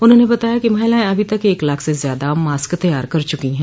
उन्होंने बताया कि महिलाएं अभी तक एक लाख से ज्यादा मास्क तैयार कर चुकी है